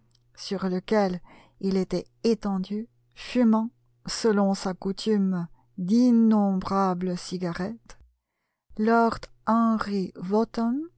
sur lequel il était étendu fumant selon sa coutume d'innombrables cigarettes lord henry wotton